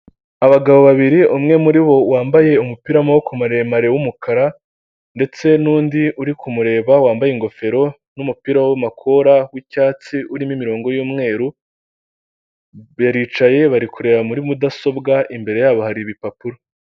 Abagabo babiri, umwe muri bo wambaye umupira wa maboko maremare w'umukara, ndetse n'undi uri kumureba wambaye ingofero n'umupira w'amakora w'icyatsi urimo imirongo y'umweru, baricaye bari kureba muri mudasobwa, imbere yabo hari ibipapuro.